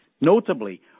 Notably